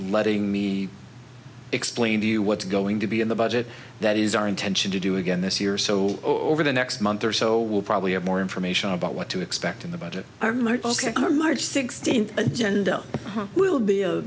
letting me explain to you what's going to be in the budget that is our intention to do again this year so over the next month or so we'll probably have more information about what to expect in the budget or march sixteenth agenda will be a